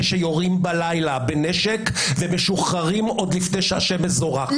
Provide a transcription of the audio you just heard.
שיורים בלילה בנשק ומשוחררים עוד לפני שהשמש זורחת.